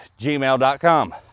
gmail.com